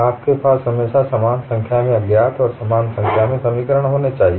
आपके पास हमेशा समान संख्या में अज्ञात और समान संख्या में समीकरण होने चाहिए